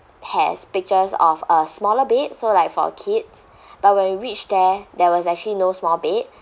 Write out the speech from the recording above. actually has pictures of a smaller bed so like for kids but when we reached there there was actually no small bed